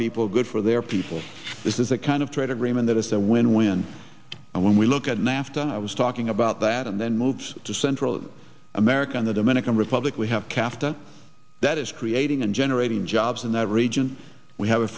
people good for their people this is a kind of trade agreement that is a win win and when we look at nafta i was talking about that and then moves to central america and the dominican republic we have captain that is creating and generating jobs in that region we have a